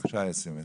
בבקשה, אסי מסינג.